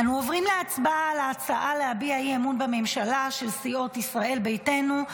אנו עוברים להצבעה על ההצעה להביע אי-אמון בממשלה של סיעות ישראל ביתנו,